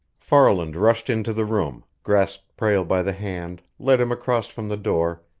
farland rushed into the room, grasped prale by the hand, led him across from the door,